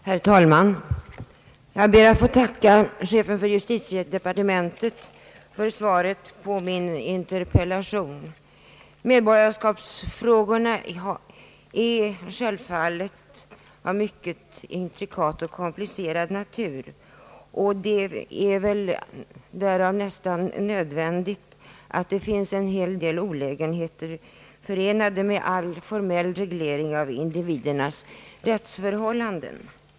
Herr talman! Jag ber att få tacka chefen för justitiedepartementet för svaret på min interpellation. Medborgarskapsfrågorna är självfallet av mycket intrikat och komplicerad natur, och det är väl därför nästan nödvändigt att en hel del olägenheter är förenade med all formell reglering av individernas rättsförhållanden.